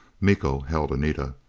miko held anita.